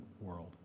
world